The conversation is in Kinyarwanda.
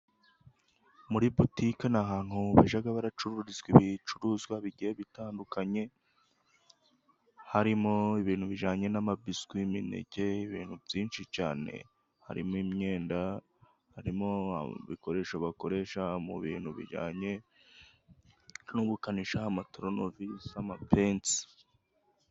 Muri butike ni ahantu bijya bacururiza ibicuruzwa bigiye bitandukanye, harimo ibintu bijyanye n'amabiswi, imineke, ibintu byinshi cyane, harimo imyenda, harimo ibikoresho bakoresha mu bintu bijyanye n'ubukanishi, amaturunevisi, amapense.